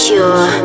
Pure